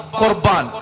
korban